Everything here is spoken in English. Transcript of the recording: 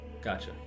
Gotcha